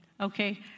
okay